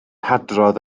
hadrodd